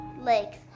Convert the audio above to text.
legs